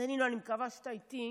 דנינו, אני מקווה שאתה איתי,